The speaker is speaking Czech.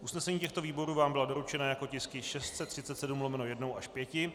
Usnesení těchto výborů vám byla doručena jako tisky 637/1 až 5.